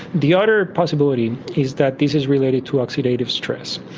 the other possibility is that this is related to oxidative stress.